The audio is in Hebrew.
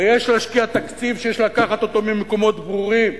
ויש להשקיע תקציב, שיש לקחת אותו ממקומות ברורים.